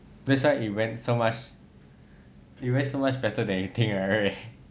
next time you wear so much you wear so much better than you think right